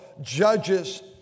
Judges